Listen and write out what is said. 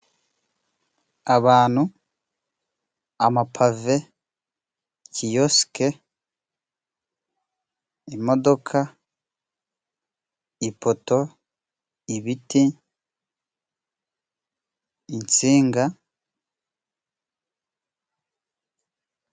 Abantu, amapave, kiyosike, imodoka, ipoto, ibiti, insinga.